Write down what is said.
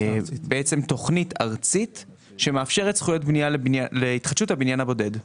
תוכנית ארצית שמאפשרת זכויות בנייה להתחדשות הבניין הבודד.